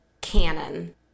canon